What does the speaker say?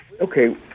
okay